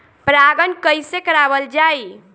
परागण कइसे करावल जाई?